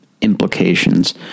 implications